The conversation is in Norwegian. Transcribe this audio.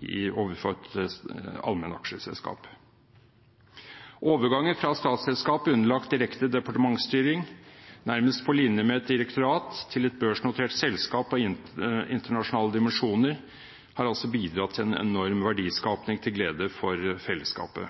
eier overfor et allmennaksjeselskap. Overgangen fra et statsselskap underlagt direkte departementsstyring, nærmest på linje med et direktorat, til et børsnotert selskap av internasjonale dimensjoner har altså bidratt til en enorm verdiskaping til glede for fellesskapet.